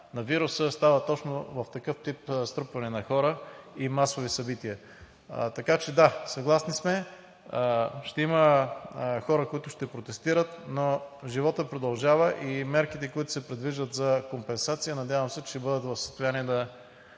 на вируса става точно в такъв тип струпване на хора и масови събития. Така че – да, съгласни сме. Ще има хора, които ще протестират, но животът продължава и мерките, които се предвиждат за компенсация, се надявам, че ще бъдат в състояние да